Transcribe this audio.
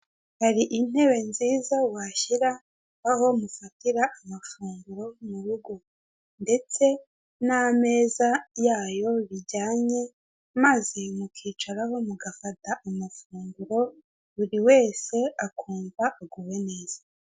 Hari intebe nziza washyira aho mufatira amafunguro mu rugo, ndetse n'amezaza yayo bijyanye maze mukicaraho mugafata amafunguro buri wese akumva aguwe neza.